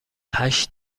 هشت